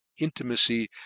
intimacy